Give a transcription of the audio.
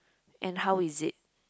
and how is it